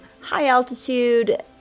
high-altitude